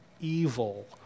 evil